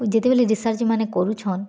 ଯେତେବେଲେ ରିସର୍ଚ୍ଚମାନେ କରୁଛନ୍